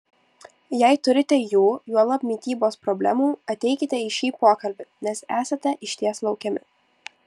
jei turite jų juolab mitybos problemų ateikite į šį pokalbį nes esate išties laukiami